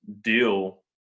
deal